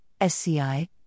SCI